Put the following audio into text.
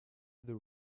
the